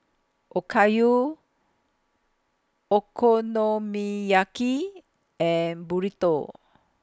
Okayu Okonomiyaki and Burrito